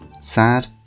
sad